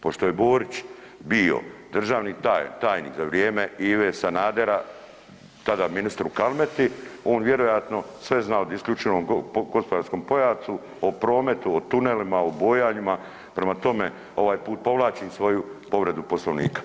Pošto je Borić bio državni tajnik za vrijeme Ive Sanadera tada ministru Kalmeti on vjerojatno sve zna o isključivom gospodarskom pojasu, o prometu, o tunelima, o bojanjima, prema tome ovaj put povlačim svoju povredu Poslovnika.